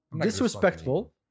disrespectful